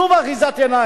שוב אחיזת עיניים.